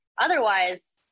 Otherwise